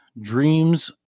dreams